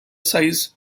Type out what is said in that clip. size